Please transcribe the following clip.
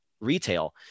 retail